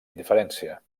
indiferència